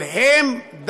אבל הם,